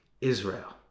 Israel